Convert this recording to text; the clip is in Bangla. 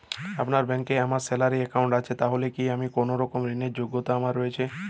আপনার ব্যাংকে আমার স্যালারি অ্যাকাউন্ট আছে তাহলে কি কোনরকম ঋণ র যোগ্যতা আমার রয়েছে?